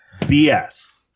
BS